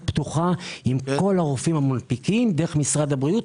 פתוחה עם כל הרופאים המנפיקים דרך משרד הבריאות.